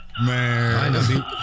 Man